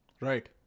Right